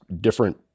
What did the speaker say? different